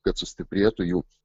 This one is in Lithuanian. kad sustiprėtų jų